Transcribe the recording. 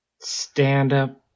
stand-up